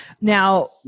Now